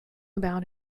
about